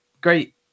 great